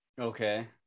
Okay